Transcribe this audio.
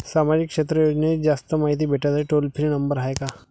सामाजिक क्षेत्र योजनेची जास्त मायती भेटासाठी टोल फ्री नंबर हाय का?